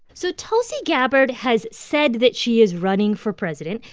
so tulsi gabbard has said that she is running for president.